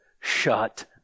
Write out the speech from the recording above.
shut